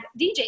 DJ